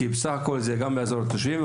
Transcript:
כי בסך הכל זה גם יעזור לתושבים,